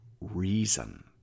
reason